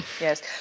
Yes